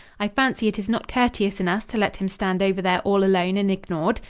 i fancy it is not courteous in us to let him stand over there all alone and ignored.